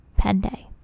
Pende